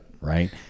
right